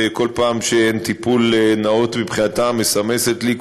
שכל פעם שאין טיפול נאות מבחינתה מסמסת לי,